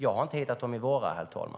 Jag har inte hittat dem i våra.